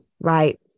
Right